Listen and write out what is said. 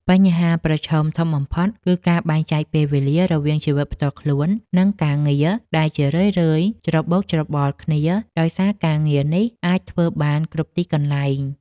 បញ្ហាប្រឈមធំបំផុតគឺការបែងចែកពេលវេលារវាងជីវិតផ្ទាល់ខ្លួន និងការងារ ដែលជារឿយៗច្របូកច្របល់គ្នាដោយសារការងារនេះអាចធ្វើបានគ្រប់ទីកន្លែង។